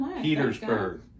Petersburg